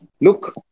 look